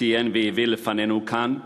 ציין והביא לפנינו כאן,